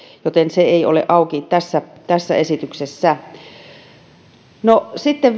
joten se ei ole auki tässä tässä esityksessä sitten